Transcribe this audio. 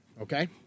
okay